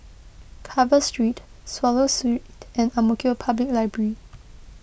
Carver Street Swallow Street and Ang Mo Kio Public Library